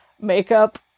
makeup